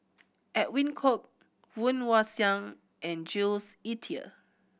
Edwin Koek Woon Wah Siang and Jules Itier